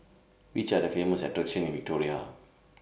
Which Are The Famous attractions in Victoria